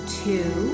two